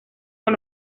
con